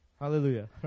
Hallelujah